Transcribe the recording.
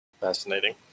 Fascinating